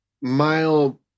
mile